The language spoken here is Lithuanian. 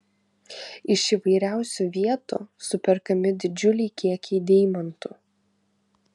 iš įvairiausių vietų superkami didžiuliai kiekiai deimantų